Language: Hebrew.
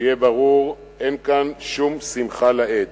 שיהיה ברור: אין כאן שום שמחה לאיד.